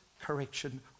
correction